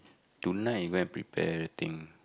tonight you go and prepare everything